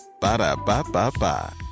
Ba-da-ba-ba-ba